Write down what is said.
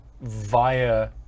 via